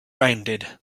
rounded